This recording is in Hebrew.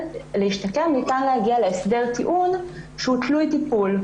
ניתן להגיע להסדר טיעון שהוא תלוי טיפול.